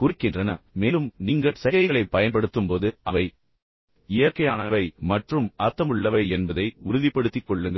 குறிக்கின்றன மேலும் நீங்கள் சைகைகளைப் பயன்படுத்தும்போது அவை இயற்கையானவை மற்றும் அர்த்தமுள்ளவை என்பதை உறுதிப்படுத்திக் கொள்ளுங்கள்